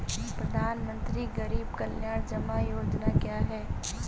प्रधानमंत्री गरीब कल्याण जमा योजना क्या है?